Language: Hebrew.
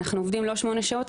אנחנו עובדים לא שמונה שעות,